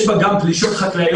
יש בה גם פלישות חקלאיות,